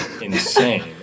insane